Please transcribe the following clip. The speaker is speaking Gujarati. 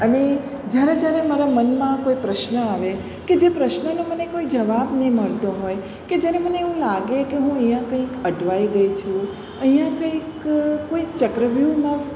અને જ્યારે જ્યારે મારા મનમાં કોઈ પ્રશ્ન આવે કે જે પ્રશ્નનો મને કોઈ જવાબ નહીં મળતો હોય કે જ્યારે મને એવું લાગે કે હું અહીંયાં કંઈક અટવાઈ ગઈ છું અહીંયાં કંઈક કોઈક ચક્રવ્યૂહમાં